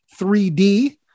3D